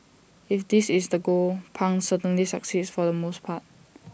if this is the goal pang certainly succeeds for the most part